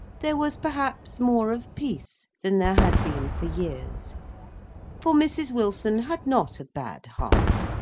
there was perhaps more of peace than there had been for years for mrs. wilson had not a bad heart,